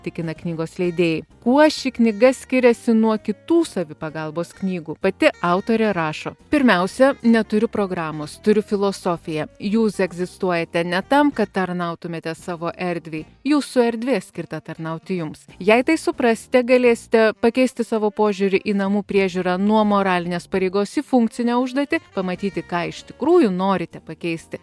tikina knygos leidėjai kuo ši knyga skiriasi nuo kitų savipagalbos knygų pati autorė rašo pirmiausia neturiu programos turiu filosofiją jūs egzistuojate ne tam kad tarnautumėte savo erdvei jūsų erdvė skirta tarnauti jums jei tai suprasite galėsite pakeisti savo požiūrį į namų priežiūrą nuo moralinės pareigos į funkcinę užduotį pamatyti ką iš tikrųjų norite pakeisti